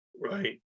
Right